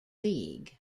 league